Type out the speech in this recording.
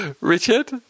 Richard